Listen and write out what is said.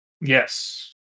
Yes